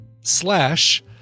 slash